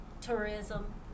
tourism